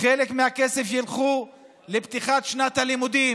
חלק מהכסף ילך לפתיחת שנת הלימודים.